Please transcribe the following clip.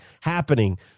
happening